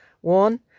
One